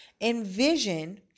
Envision